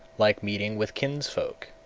like meeting with kinsfolk.